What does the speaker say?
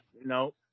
No